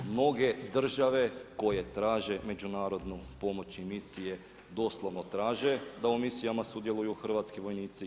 Mnoge države koje traže međunarodnu pomoć i misije doslovno traže da u misijama sudjeluju hrvatski vojnici.